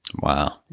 wow